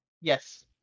Yes